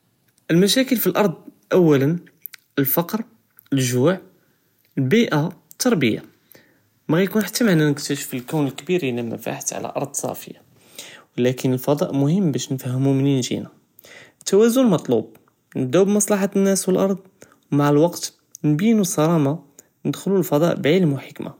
אלמשاكل פי אלארד אולא, אלפקר, אלגוע, אלביאה, אלתרביה, מא גירקון חתא מענה אנא נקטשף אלכון אלכביר אידא מא פיה חתא עלא ארד צאפיה, ולקין אלפדאא חשוב באש نفמהו מנין ג'ינא, אלתוואזן מטלוב, נבדאו במצלה אלנאס, ו אלארד, ומע אלوقت נביאו אלסראמה, נדכולו אלפדאא בעילם ו חכמה.